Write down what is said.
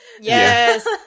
Yes